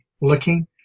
looking